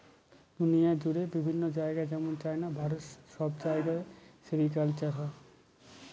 দুনিয়া জুড়ে বিভিন্ন জায়গায় যেমন চাইনা, ভারত সব জায়গায় সেরিকালচার হয়